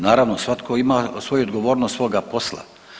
Naravno, svatko ima svoju odgovornost svoga posla.